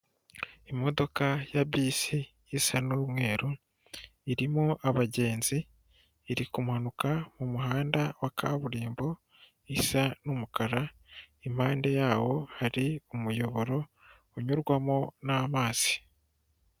Imodoka ya bisi isa n'umweru, irimo abagenzi iri kumanuka mu muhanda wa kaburimbo isa n'umukara, impande yawo hari umuyoboro unyurwamo n'amazi.